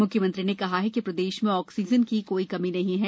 मुख्यमंत्री ने कहा कि प्रदेश में ऑक्सीजन की कोई कमी नहीं है